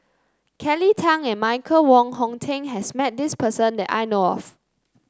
Kelly Tang and Michael Wong Hong Teng has met this person that I know of